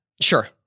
Sure